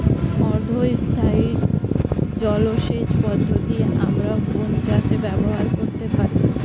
অর্ধ স্থায়ী জলসেচ পদ্ধতি আমরা কোন চাষে ব্যবহার করতে পারি?